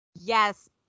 Yes